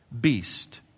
beast